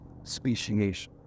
speciation